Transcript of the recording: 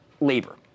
Labor